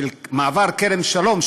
מעבר כרם-שלום,